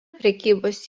prekybos